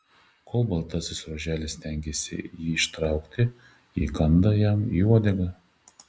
kol baltasis ruoželis stengiasi jį ištraukti ji įkanda jam į uodegą